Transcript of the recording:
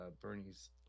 Bernie's